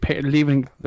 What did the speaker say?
leaving